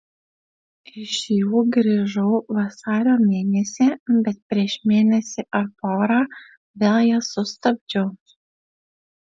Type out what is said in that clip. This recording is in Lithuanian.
iš jų grįžau vasario mėnesį bet prieš mėnesį ar porą vėl jas sustabdžiau